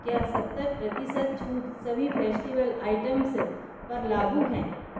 क्या सत्तर प्रतिशत छूट सभी फेस्टिवल आइटम्स पर लागू है